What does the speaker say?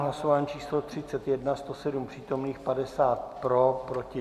Hlasování číslo 31, 107 přítomných, 50 pro, 2 proti.